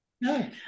No